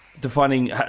Defining